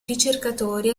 ricercatori